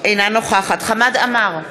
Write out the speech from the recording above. אינה נוכחת חמד עמאר,